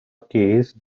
case